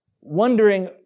wondering